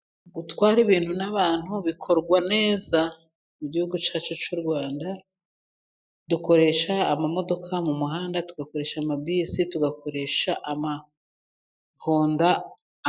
Ntabwo gutwara ibintu n' abantu bikorwa neza, mu gihugu cyacu cy' u Rwanda dukoresha amamodoka mu muhanda, tugakoresha amabisi, tugakoresha amahonda,